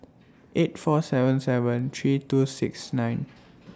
eight four seven seven three two six nine